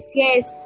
yes